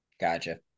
Gotcha